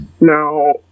Now